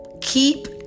keep